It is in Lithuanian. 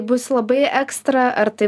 bus labai ekstra ar tai